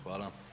Hvala.